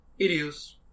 idios